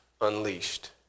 Unleashed